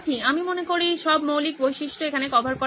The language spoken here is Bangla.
আমি মনে করি সব মৌলিক বৈশিষ্ট্য এখানে কভার করা হয়েছে